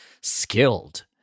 skilled